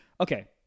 Okay